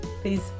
please